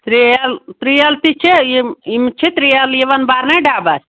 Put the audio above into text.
ترٛیل ترٛیل تہِ چھِ یِم یِم چھِ ترٛیل یِوان بَرنَے ڈَبَس